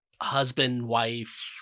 husband-wife